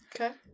Okay